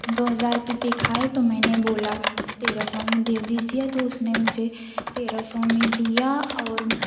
दो हज़ार की दिखाएँ तो मैंने बोला कि तेरह सौ में दे दीजिए तो उसने मुझे तेरह सौ में दिया और